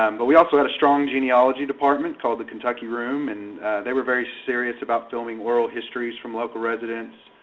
um but we also had a strong genealogy department called the kentucky room and they were very serious about filming world histories from local residents